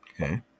Okay